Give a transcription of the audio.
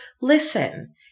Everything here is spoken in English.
Listen